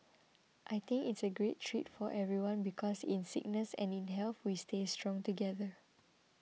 I think it's a great treat for everyone because in sickness and in health we stay strong together